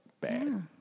bad